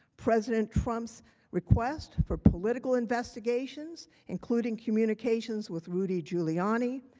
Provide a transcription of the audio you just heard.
president trump's request for political investigations including communications with rudy giuliani,